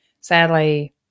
sadly